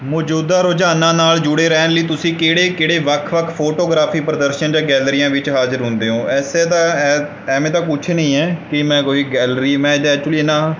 ਮੌਜੂਦਾ ਰੁਝਾਨਾਂ ਨਾਲ ਜੁੜੇ ਰਹਿਣ ਲਈ ਤੁਸੀਂ ਕਿਹੜੇ ਕਿਹੜੇ ਵੱਖ ਵੱਖ ਫੋਟੋਗ੍ਰਾਫੀ ਪ੍ਰਦਰਸ਼ਨ ਅਤੇ ਗੈਲਰੀਆਂ ਵਿੱਚ ਹਾਜ਼ਰ ਹੁੰਦੇ ਔ ਐਸੇ ਤਾਂ ਐ ਐਮੇ ਤਾਂ ਕੁਛ ਨਹੀਂ ਹੈ ਕਿ ਮੈਂ ਕੋਈ ਗੈਲਰੀ ਮੈਂ ਜਾਂ ਐਕਚੁਲੀ ਇਨ੍ਹਾਂ